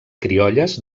criolles